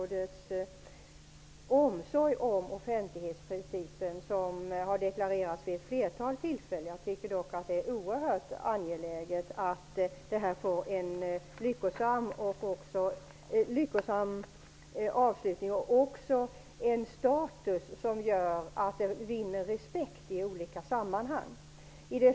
Herr talman! Jag litar på statsrådets omsorg om offentlighetsprincipen, en omsorg som har deklarerats vid ett flertal tillfällen. Det är oerhört angeläget att förhandlingarna får en lyckosam avslutning och att offentlighetsprincipen får en status som gör att den vinner respekt i olika sammanhang.